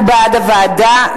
הוא בעד הוועדה,